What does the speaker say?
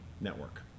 network